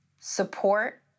support